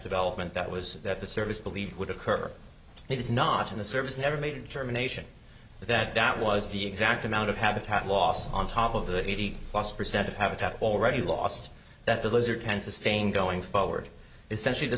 development that was that the service believed would occur he was not in the service never made a determination that that was the exact amount of habitat loss on top of the eighty plus percent of habitat already lost that the lizard can sustain going forward essentially th